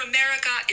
America